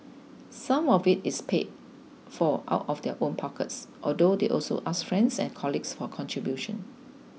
some of it is paid for out of their own pockets although they also ask friends and colleagues for contributions